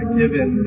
given